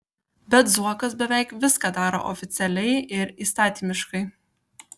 bet zuokas beveik viską daro oficialiai ir įstatymiškai